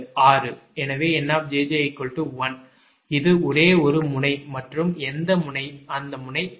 எனவே 𝑁 𝑗𝑗 1 இது ஒரே ஒரு முனை மற்றும் எந்த முனை அந்த முனை 6